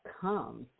come